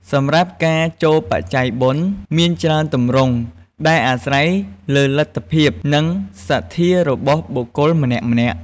សម្រាប់ការចូលបច្ច័យបុណ្យមានច្រើនទម្រង់ ដែលអាស្រ័យលើលទ្ធភាព និងសទ្ធារបស់បុគ្គលម្នាក់ៗ។